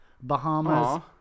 Bahamas